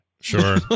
sure